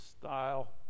style